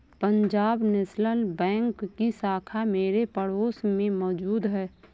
Punjab National Bank की शाखा मेरे पड़ोस में मौजूद है